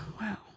Wow